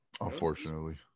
unfortunately